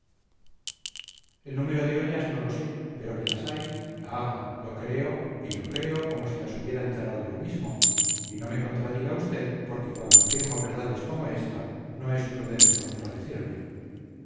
el número de ollas no lo sé pero que las hay ah lo creo y lo creo como si las hubiera enterrado yo mismo y no me contradiga usted porque cuando afirmo verdades como esta no es prudente